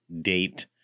date